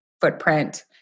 footprint